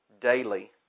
daily